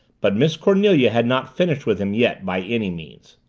but miss cornelia had not finished with him yet, by any means.